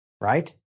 right